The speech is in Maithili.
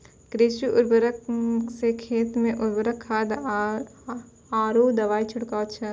कृषि उपकरण सें खेत मे उर्वरक खाद आरु दवाई छिड़कावै छै